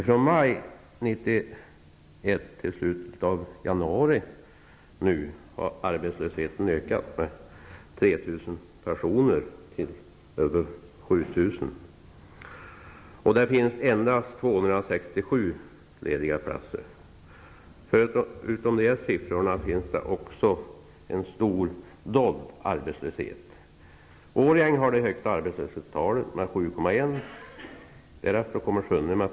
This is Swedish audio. Från maj 1991 till slutet av januari i år har arbetslösheten ökat med 3 000 personer till över 7 000 arbetslösa, och det finns endast 267 lediga platser. Dessutom finns en stor dold arbetslöshet. Årjäng har det största arbetslöshetstalet, 7,1 %.